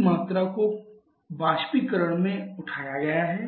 इसकी मात्रा Qin को बाष्पीकरण में उठाया गया है